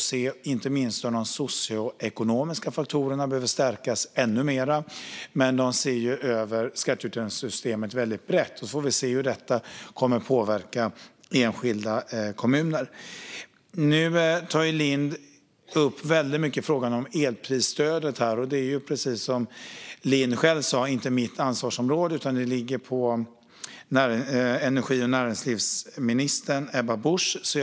Det görs inte minst utifrån att de socioekonomiska faktorerna behöver stärkas ännu mer, men man ser över skatteutjämningssystemet väldigt brett. Vi får se hur det kommer att påverka enskilda kommuner. Lindh fokuserar mycket på frågan om elprisstödet. Precis som Lindh själv sa är det inte mitt ansvarsområde, utan det ligger på energi och näringslivsminister Ebba Buschs bord.